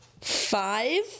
five